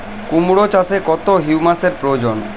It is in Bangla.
কুড়মো চাষে কত হিউমাসের প্রয়োজন?